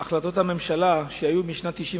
אם אנחנו נלך קצת לאחור ונראה בהחלטות הממשלה שהיו משנת 1998,